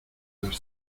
las